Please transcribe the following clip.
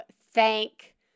thank